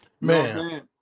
Man